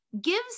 gives